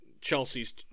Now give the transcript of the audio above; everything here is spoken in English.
Chelsea's